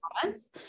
comments